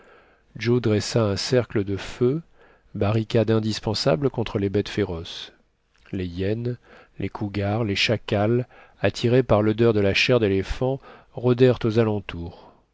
joe dressa un cercle de feux barricade indispensable contre les bêtes féroces les hyènes les couguars les chacals attirés par l'odeur de la chair d'éléphant rodèrent aux alentours